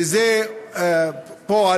שזה פה,